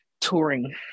touring